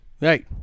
Right